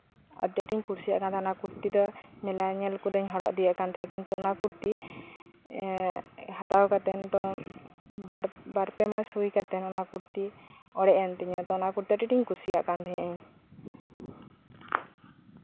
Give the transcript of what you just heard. ᱟᱹᱰᱤ ᱟᱸᱴᱤᱧ ᱠᱩᱥᱤᱭᱟᱜ ᱠᱟᱱ ᱛᱟᱦᱮᱸᱜᱼᱟ ᱚᱱᱟ ᱠᱩᱨᱛᱤ ᱫᱚ ᱢᱮᱞᱟ ᱧᱮᱞ ᱠᱚᱫᱩᱧ ᱦᱚᱨᱚᱜ ᱤᱫᱤᱭᱮᱫ ᱠᱟᱞ ᱛᱟᱦᱮᱱᱟ ᱠᱤᱱᱛᱩ ᱚᱱᱟ ᱠᱩᱨᱛᱤ ᱮᱸᱜ ᱦᱟᱛᱟᱣ ᱠᱟᱛᱮ ᱱᱤᱛᱳᱜ ᱵᱟᱨᱼᱯᱮ ᱢᱟᱥ ᱦᱩᱭ ᱠᱟᱛᱮ ᱱᱤᱛᱳᱜ ᱚᱱᱟ ᱠᱩᱨᱛᱤ ᱚᱲᱮᱡ ᱮᱱ ᱛᱤᱧᱟᱹ ᱛᱚ ᱚᱱᱟ ᱠᱩᱨᱛᱤ ᱟᱰᱤ ᱟᱸᱴᱤᱧ ᱠᱩᱥᱤᱭᱟᱜ ᱠᱟᱱ ᱛᱟᱦᱮᱸᱜᱼᱟ